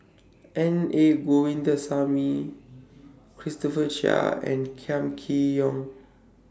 Na Govindasamy Christopher Chia and Kam Kee Yong